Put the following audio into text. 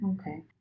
Okay